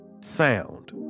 Sound